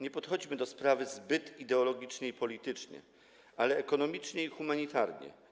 Nie podchodźmy do sprawy zbyt ideologicznie i politycznie, ale ekonomicznie i humanitarnie.